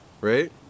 right